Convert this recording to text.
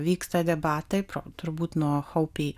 vyksta debatai pro turbūt nuo haupi